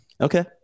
okay